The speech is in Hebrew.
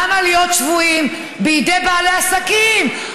למה להיות שבויים בידי בעלי עסקים,